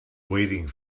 waiting